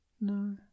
no